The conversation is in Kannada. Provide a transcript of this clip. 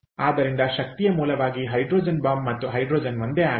ಆದ್ದರಿಂದ ಶಕ್ತಿಯ ಮೂಲವಾಗಿ ಹೈಡ್ರೋಜನ್ ಬಾಂಬ್ ಮತ್ತು ಹೈಡ್ರೋಜನ್ ಒಂದೇ ಅಲ್ಲ